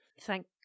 Thank